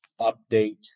update